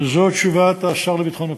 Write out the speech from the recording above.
וזו תשובת השר לביטחון הפנים: